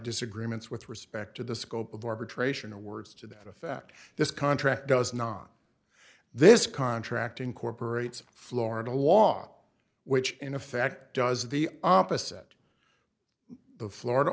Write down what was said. disagreements with respect to the scope of arbitration or words to that effect this contract does not this contract incorporates florida law which in effect does the opposite the florida